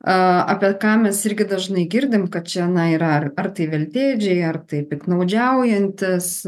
apie ką mes irgi dažnai girdim kad čia yra ar tai veltėdžiai ar tai piktnaudžiaujantis